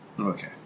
Okay